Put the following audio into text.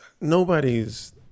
nobody's